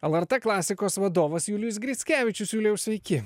lrt klasikos vadovas julijus grickevičius julijau sveiki